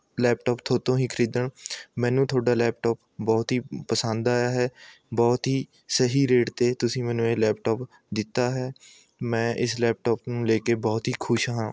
laptop ਤੋਂ ਹੀ ਖਰੀਦਣ ਮੈਨੂੰ ਤੁਹਾਡਾ ਲੈਪਟੋਪ ਬਹੁਤ ਹੀ ਪਸੰਦ ਆਇਆ ਹੈ ਬਹੁਤ ਹੀ ਸਹੀ ਰੇਟ 'ਤੇ ਤੁਸੀਂ ਮੈਨੂੰ ਇਹ ਲੈਪਟੋਪ ਦਿੱਤਾ ਹੈ ਮੈਂ ਇਸ ਲੈਪਟੋਪ ਨੂੰ ਲੈ ਕੇ ਬਹੁਤ ਹੀ ਖੁਸ਼ ਹਾਂ